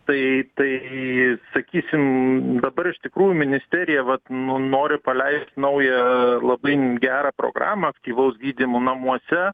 tai tai sakysim dabar iš tikrųjų ministerija vat nu nori paleist naują labai gerą programą aktyvaus gydymo namuose